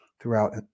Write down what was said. throughout